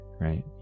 right